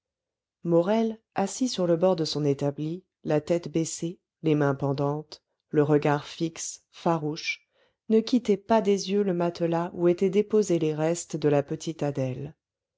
morel assis sur le bord de son établi la tête baissée les mains pendantes le regard fixe farouche ne quittait pas des yeux le matelas où étaient déposés les restes de la petite adèle